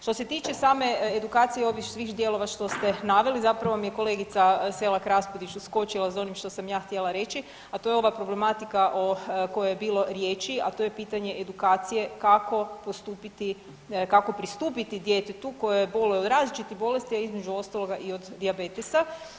Što se tiče same edukcije i ovih svih dijelova što ste naveli zapravo mi je kolegica Selak Raspudić uskočila s onim što sam ja htjela reći, a to je ova problematika o kojoj je bilo riječi, a to je pitanje edukacije kako postupiti kako pristupiti djetetu koje boluje od različitih bolesti, a između ostaloga i od dijabetesa.